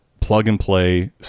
plug-and-play